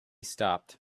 stopped